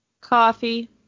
coffee